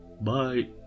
Bye